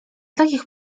takich